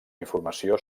informació